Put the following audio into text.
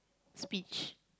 speech